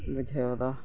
ᱵᱩᱡᱷᱟᱹᱣ ᱫᱚ